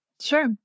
Sure